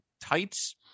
tights